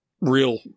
real